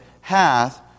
hath